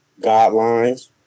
guidelines